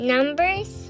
Numbers